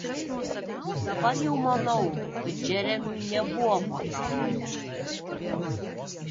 dabar jau manau kad džeremiui nebuvo potrauminio streso